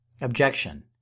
Objection